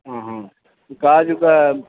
గాజుక